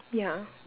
ya